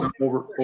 over